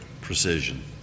precision